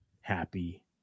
happy